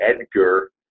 EDGAR